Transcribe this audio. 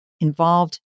involved